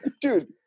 dude